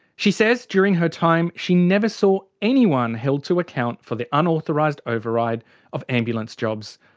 she says during her time she never saw anyone held to account for the unauthorised override of ambulance jobs.